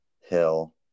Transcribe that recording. hill